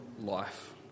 life